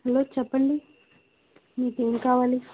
hello చెప్పండి మీకు ఏం కావాలి